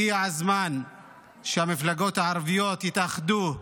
הגיע הזמן שהמפלגות הערביות יתאחדו,